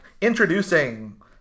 introducing